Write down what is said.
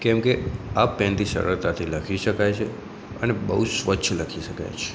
કેમ કે આ પૅનથી સરળતાથી લખી શકાય છે અને બહુ સ્વચ્છ લખી શકાય છે